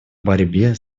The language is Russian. борьбе